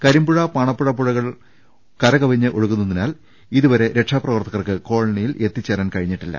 കരി മ്പുഴ പാണപ്പുഴ പുഴകൾ കരകവിഞ്ഞ് ഒഴുകുന്നതിനാൽ ഇതുവരെ രക്ഷാപ്രവർത്തകർക്ക് കോളനിയിൽ എത്തി ച്ചേരാൻ കഴിഞ്ഞിട്ടില്ല